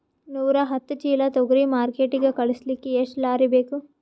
ನೂರಾಹತ್ತ ಚೀಲಾ ತೊಗರಿ ಮಾರ್ಕಿಟಿಗ ಕಳಸಲಿಕ್ಕಿ ಎಷ್ಟ ಲಾರಿ ಬೇಕು?